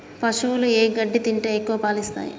పశువులు ఏ గడ్డి తింటే ఎక్కువ పాలు ఇస్తాయి?